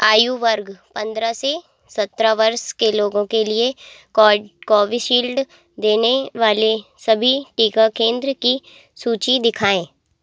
आयु वर्ग पंद्रह से सत्रह वर्ष के लोगों के लिए कोविशील्ड देने वाले सभी टीका केंद्र की सूची दिखाएँ